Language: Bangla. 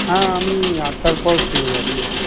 হ্যাঁ আমি আটটার পর ফ্রি আছি